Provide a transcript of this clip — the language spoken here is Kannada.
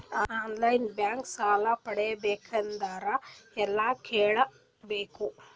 ಆನ್ ಲೈನ್ ಬ್ಯಾಂಕ್ ಸಾಲ ಪಡಿಬೇಕಂದರ ಎಲ್ಲ ಕೇಳಬೇಕು?